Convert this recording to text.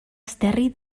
esterri